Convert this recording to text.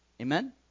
Amen